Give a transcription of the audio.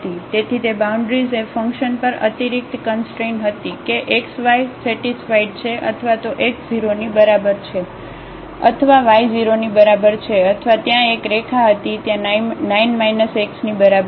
તેથી તે બાઉન્ડ્રીઝ એ ફંકશન પર અતિરિક્ત કંસટ્રેન હતી કે xy સેટિસ્ફાઇડ છે અથવા તોx0 ની બરાબર છે અથવા y 0 ની બરાબર છે અથવા ત્યાં એક રેખા હતી ત્યાં 9 x ની બરાબર છે